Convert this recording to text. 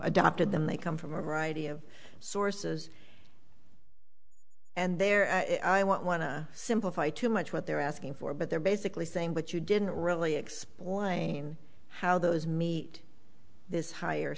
adopted them they come from a variety of sources and they're i want to simplify too much what they're asking for but they're basically saying but you didn't really explain how those meet this higher